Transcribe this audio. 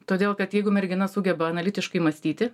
todėl kad jeigu mergina sugeba analitiškai mąstyti